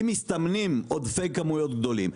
אם מסתמנים עודפי כמויות גדולים.